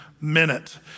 minute